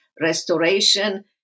restoration